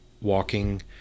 walking